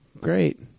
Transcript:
Great